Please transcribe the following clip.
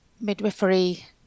midwifery